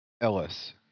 Ellis